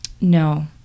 No